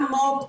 גם מו"פ,